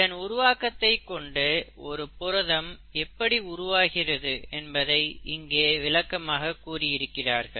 இதன் உருவாக்கத்தை கொண்டு ஒரு புரதம் எப்படி உருவாகிறது என்பதை இங்கே விளக்கமாக கூறியிருக்கிறார்கள்